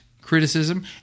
criticism